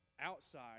outside